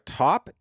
top